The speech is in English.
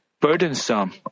burdensome